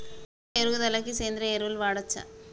పంట ఎదుగుదలకి సేంద్రీయ ఎరువులు వాడచ్చా?